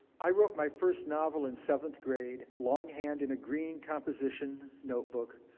i wrote my first novel in seventh grade, longhand in a green composition notebook.